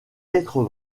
être